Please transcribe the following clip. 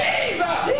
Jesus